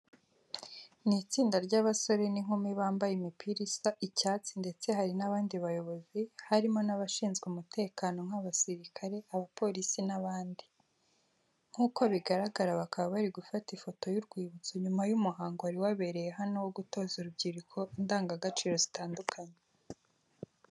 Ni itsinda ry'abasore n'inkumi bambaye imipira isa icyatsi ndetse hari n'abandi b'abayobozi, harimo n'abashinzwe umutekano nk'abasirikare, abapolisi n'abandi. Nkuko bigaragara bakaba bari gufata ifoto y'urwibutso nyuma y'umuhango wari wabereye hano wo gutoza urubyiruko indangagaciro zitandukanye.